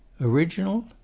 Original